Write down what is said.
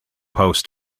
post